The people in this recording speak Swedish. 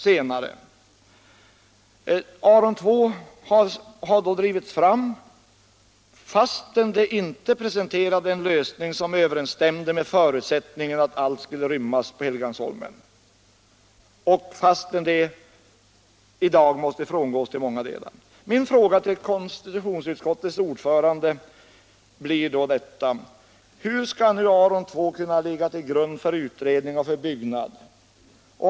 Detta förslag har senare drivits fram fastän det inte representerade en lösning som överensstämde med förutsättningen att allt skulle rymmas på Helgeandsholmen och fastän det i dag måste frångås till många delar. Min fråga till konstitutionsutskottets ordförande blir: Hur skall nu Aron II kunna ligga till grund för utredning och för byggnad?